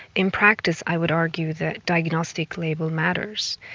in practice i would argue that diagnostic label matters.